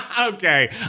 Okay